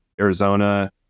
Arizona